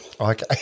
Okay